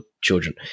children